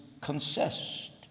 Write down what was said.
consist